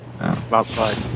Outside